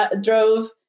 drove